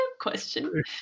Question